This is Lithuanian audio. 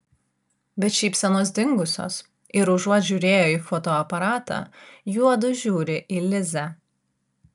bet šypsenos dingusios ir užuot žiūrėję į fotoaparatą juodu žiūri į lizę